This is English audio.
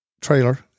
trailer